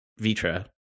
Vitra